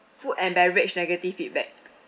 food and beverage negative feedback